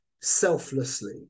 selflessly